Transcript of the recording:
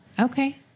Okay